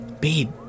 babe